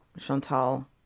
chantal